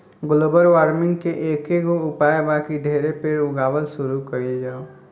global warming के एकेगो उपाय बा की ढेरे पेड़ लगावल शुरू कइल जाव